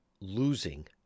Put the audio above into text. losing